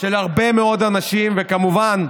של הרבה מאוד אנשים כמובן,